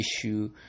issue